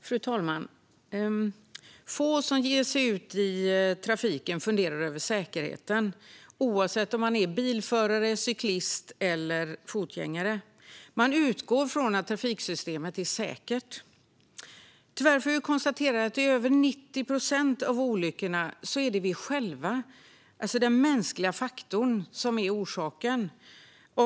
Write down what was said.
Fru talman! Få som ger sig ut i trafiken funderar över säkerheten, oavsett om man är bilförare, cyklist eller fotgängare. Man utgår från att trafiksystemet är säkert. Tyvärr får vi konstatera att i över 90 procent av olyckorna är det vi själva, alltså den mänskliga faktorn, som är orsaken.